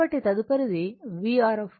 కాబట్టి తదుపరిది VRమరియు VLమరియు VC